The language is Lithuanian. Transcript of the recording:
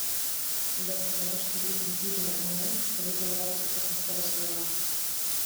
bet kol aš tarytum kybau ore galiu galvoti tik apie savo svajones